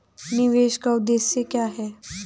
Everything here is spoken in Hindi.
निवेश का उद्देश्य क्या है?